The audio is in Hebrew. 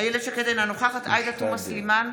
איילת שקד, אינה נוכחת עאידה תומא סלימאן,